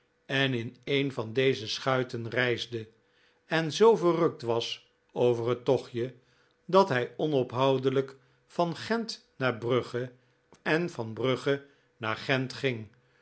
en in een van deze schuiten reisde en zoo verrukt was over het tochtje dat hij onophoudelijk van gent naar brugge en van brugge naar gent ging